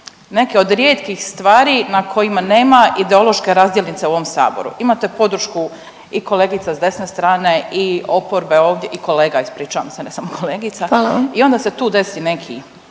neke od rijetkih stvari na kojima nema ideološke razdjelnice u ovom saboru. Imate podršku i kolegica s desne strane i oporbe ovdje i kolega ispričavam se, ne samo kolegica … …/Upadica Višnja